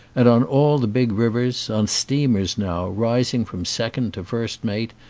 and on all the big rivers on steam ers now, rising from second to first mate,